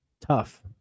tough